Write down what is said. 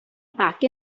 back